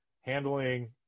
handling